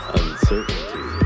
uncertainty